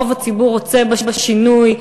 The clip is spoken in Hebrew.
רוב הציבור רוצה בשינוי.